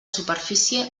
superfície